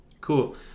Cool